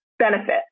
benefit